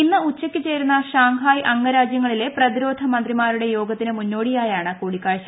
ഇന്ന് ഉച്ചയ്ക്ക് ചേരുന്ന ഷാങ്ഹായ് അംഗരാജ്യങ്ങളിലെ പ്രതിരോധ മന്ത്രിമാരുടെ യോഗത്തിന് മുന്നോടിയായാണ് കൂടിക്കാഴ്ച